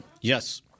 Yes